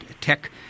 tech